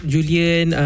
Julian